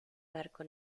barco